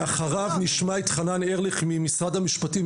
ואחריו נשמע את חנן ארליך ממשרד המשפטים,